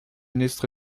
ministre